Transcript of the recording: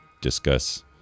discuss